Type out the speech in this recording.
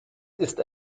ist